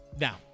now